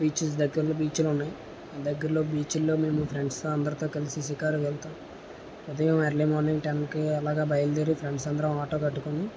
beaches దగ్గరలో బీచ్లు ఉన్నాయి దగ్గరలో బీచ్ల్లో మేము ఫ్రెండ్స్ అందరితో కలిసి షికారుకు వెళతాం ఉదయం ఎర్లీ మార్నింగ్ టెన్కి అలాగా బయలుదేరి ఫ్రెండ్స్ అందరం ఆటో కట్టుకుని